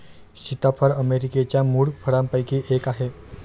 सीताफळ अमेरिकेच्या मूळ फळांपैकी एक आहे